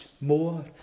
more